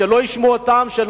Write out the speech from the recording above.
שלא ישמעו אותם.